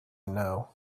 know